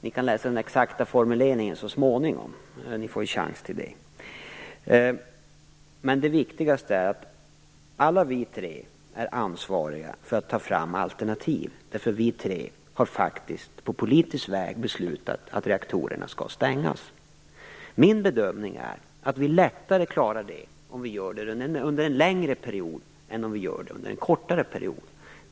Ni kan läsa den exakta formuleringen så småningom, när ni får en chans till det. Men det viktigaste är att alla vi tre är ansvariga för att ta fram alternativ, för vi tre har faktiskt på politisk väg beslutat att reaktorerna skall stängas. Min bedömning är att vi lättare klarar det om vi gör det under en längre period än om vi gör det under en kortare period.